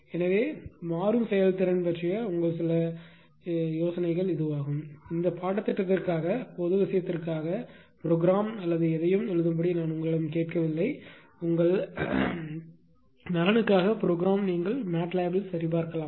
எனவே மாறும் செயல்திறன் பற்றிய உங்கள் சில யோசனைகள் ஆகும் இந்த பாடத்திட்டத்திற்காக பொது விஷயத்திற்காக ப்ரோக்ராம் அல்லது எதையும் எழுதும்படி நான் உங்களிடம் கேட்கவில்லை உங்கள் நலனுக்காக ப்ரோக்ராம் நீங்கள் MATLAB இல் சரிபார்க்கலாம்